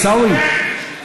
עיסאווי,